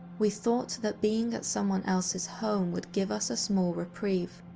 we thought that being at someone else's home would give us a small reprieve.